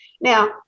Now